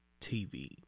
TV